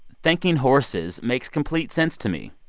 thanking horses makes complete sense to me.